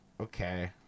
okay